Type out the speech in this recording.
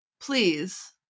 please